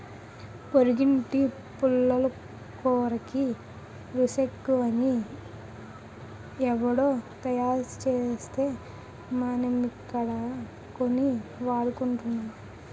పొరిగింటి పుల్లకూరకి రుసెక్కువని ఎవుడో తయారుసేస్తే మనమిక్కడ కొని వాడుకుంటున్నాం